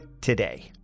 today